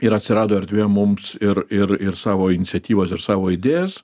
ir atsirado erdvė mums ir ir ir savo iniciatyvas ir savo idėjas